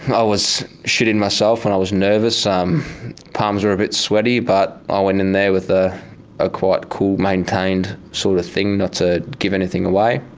i was shitting myself and i was nervous, um palms were a bit sweaty, but i went in there with ah a quite cool, maintained sort of thing not to give anything away.